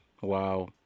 wow